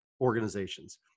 organizations